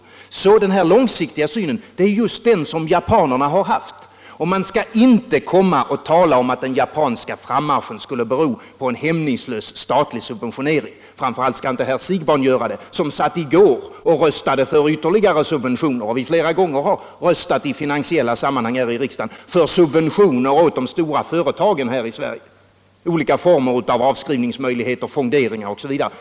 Det är just den långsiktiga synen som Japan har haft, och man skall inte komma och tala om att den japanska frammarschen skulle bero på en hämningslös statlig subventionering. Framför allt skall inte herr Siegbahn göra det, som i går röstade för ytterligare subventioner och flera gånger i finansiella sammanhang här i riksdagen har röstat för subventioner åt de stora företagen i Sverige: olika former av avskrivningsmöjligheter, fonderingar osv.